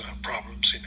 problems